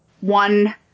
one